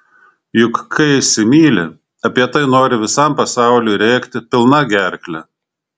juk kai įsimyli apie tai nori visam pasauliui rėkti pilna gerkle